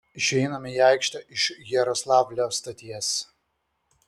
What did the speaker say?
išeiname į aikštę iš jaroslavlio stoties